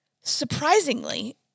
Surprisingly